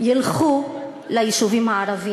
ילכו ליישובים הערביים,